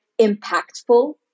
impactful